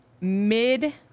mid